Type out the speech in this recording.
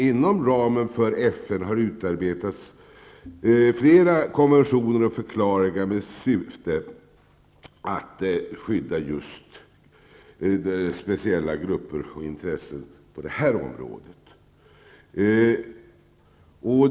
Inom ramen för FN har utarbetats flera konventioner och förklaringar med syfte att skydda just speciella grupper och intressen på detta område.